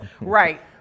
Right